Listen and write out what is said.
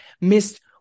missed